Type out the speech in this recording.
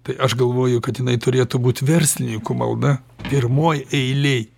tai aš galvoju kad jinai turėtų būt verslinikų malda pirmoj eilėj